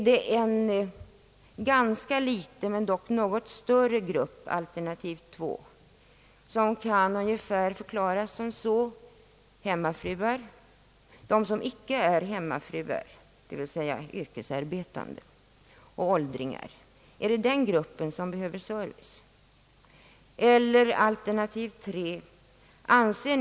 2. är det en något större men ändå ganska liten grupp, vilken kan beskrivas t.ex. som yrkesarbetande kvinnor — dvs. icke hemmafruar — och åldringar? 3.